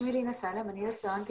שמי לינא סאלם, אני רפרנטית